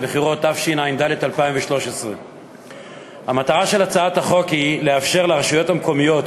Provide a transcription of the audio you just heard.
התשע"ד 2013. המטרה של הצעת החוק היא לאפשר לרשויות המקומיות,